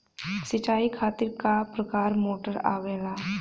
सिचाई खातीर क प्रकार मोटर आवेला?